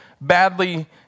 badly